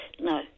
no